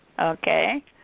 okay